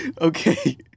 Okay